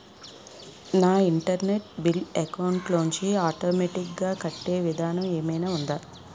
నా internet bill account లోంచి automatic గా కట్టే విధానం ఏదైనా ఉందా?